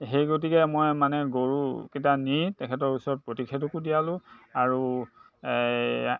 সেই গতিকে মই মানে গৰুকেইটা নি তেখেতৰ ওচৰত প্ৰতিষেধকো দিয়ালোঁ আৰু